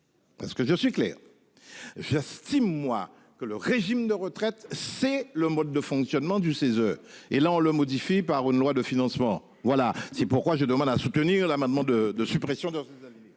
Parce que je suis clair. J'estime moi que le régime de retraite, c'est le mode de fonctionnement du CESE et là on le modifie, par une loi de financement, voilà c'est pourquoi je demande à soutenir l'amendement de suppression de.